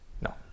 No